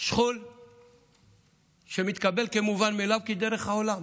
שכול שמתקבל כמובן מאליו כדרך העולם.